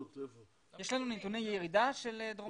יש לנו נתוני ירידה של דרום אמריקה?